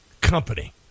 company